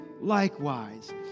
likewise